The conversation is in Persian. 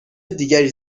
دیگری